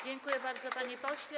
Dziękuję bardzo, panie pośle.